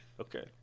Okay